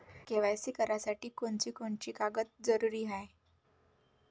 KYC करासाठी कोनची कोनची कागद जरुरी हाय?